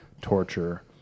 torture